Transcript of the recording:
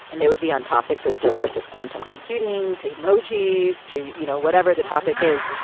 and they would be on topics as diverse as quantum computing, to emojis, to you know whatever the topic is.